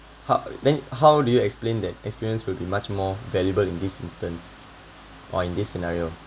how then how do you explain that experience will be much more valuable in this instance or in this scenario